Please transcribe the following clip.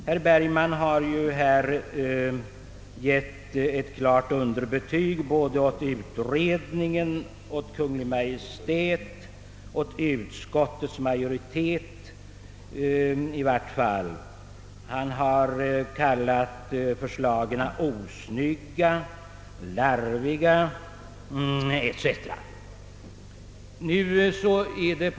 Herr Bergman har här givit ett klart underbetyg åt både utredningen, Kungl. Maj:t och utskottsmajoriteten. Han har kallat förslagen osnygga, larviga etc.